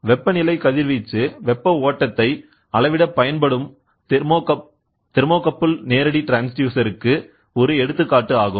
வெப்பநிலை கதிர்வீச்சு வெப்ப ஓட்டத்தை அளவிடப் பயன்படும் தெர்மோகப்புள் நேரடி ட்ரான்ஸ்டியூசர் க்கு ஒரு எடுத்துக்காட்டு ஆகும்